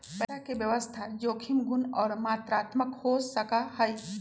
पैसा के व्यवस्था जोखिम गुण और मात्रात्मक हो सका हई